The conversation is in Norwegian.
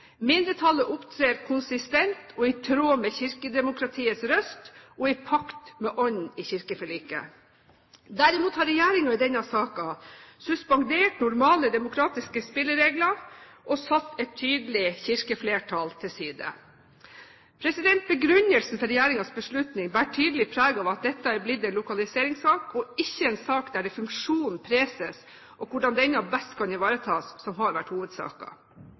Mindretallet opptrer konsistent og i tråd med kirkedemokratiets røst og i pakt med ånden i kirkeforliket. Derimot har regjeringen i denne saken suspendert normale demokratiske spilleregler og satt et tydelig kirkeflertall til side. Begrunnelsen for regjeringens beslutning bærer tydelig preg av at dette har blitt en lokaliseringssak, og ikke en sak der det er funksjonen preses og hvordan den best kan ivaretas, som